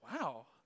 wow